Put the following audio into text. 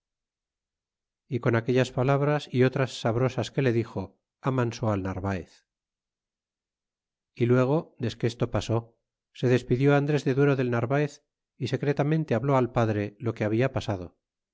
y con aquellas palabras y otras sabrosas que le dixo amansó al narvaez y luego desque esto pasó se despidió andres de duero del narvaez y secretamente habló al padre lo que labia pasado